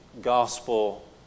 gospel